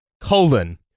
colon